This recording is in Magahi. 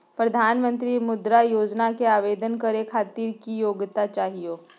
प्रधानमंत्री मुद्रा योजना के आवेदन करै खातिर की योग्यता चाहियो?